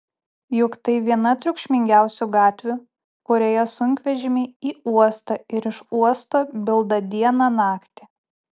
juk tai viena triukšmingiausių gatvių kurioje sunkvežimiai į uostą ir iš uosto bilda dieną naktį